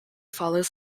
follows